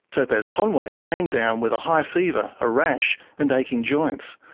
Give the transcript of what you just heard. topaz conway came down with a high fever, a rash and aching joints.